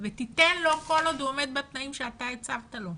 ותן לו כל עוד הוא עומד בתנאים שאתה הצבת לו.